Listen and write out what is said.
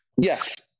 Yes